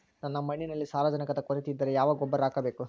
ನನ್ನ ಮಣ್ಣಿನಲ್ಲಿ ಸಾರಜನಕದ ಕೊರತೆ ಇದ್ದರೆ ಯಾವ ಗೊಬ್ಬರ ಹಾಕಬೇಕು?